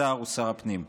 השר הוא שר הפנים.